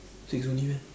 six only meh